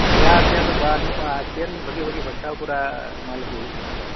ᱥᱮᱭᱟ ᱥᱮᱭᱟ ᱫᱚ ᱵᱟᱹᱱᱩᱜᱼᱟ ᱮᱠᱷᱮᱱ ᱵᱷᱟᱜᱮ ᱵᱷᱟᱜᱮ ᱵᱟᱪᱷᱟᱣ ᱠᱚᱨᱟ ᱢᱟᱞ ᱟᱜᱩ ᱦᱩᱭᱩᱜ ᱠᱟᱱᱟ